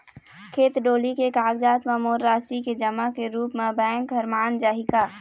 खेत डोली के कागजात म मोर राशि के जमा के रूप म बैंक हर मान जाही का?